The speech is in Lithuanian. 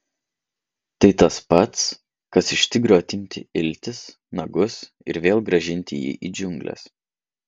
tai tas pats kas iš tigro atimti iltis nagus ir vėl grąžinti jį į džiungles